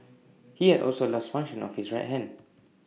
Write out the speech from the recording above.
he had also lost function of his right hand